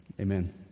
Amen